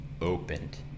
opened